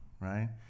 right